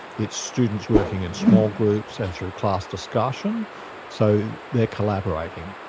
it's students working in small groups, and through class discussion so they're collaborating.